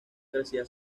crecía